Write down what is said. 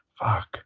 Fuck